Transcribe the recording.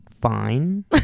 fine